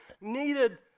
needed